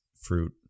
fruit